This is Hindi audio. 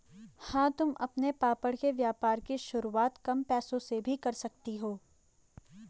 हाँ तुम अपने पापड़ के व्यापार की शुरुआत कम पैसों से भी कर सकती हो